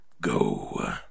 go